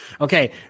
Okay